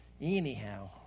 Anyhow